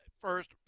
first